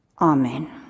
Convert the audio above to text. Amen